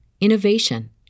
innovation